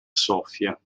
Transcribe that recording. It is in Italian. sofia